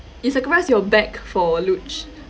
it's a grass you're back for luge